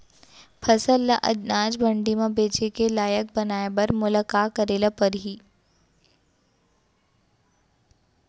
फसल ल अनाज मंडी म बेचे के लायक बनाय बर मोला का करे ल परही?